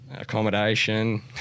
accommodation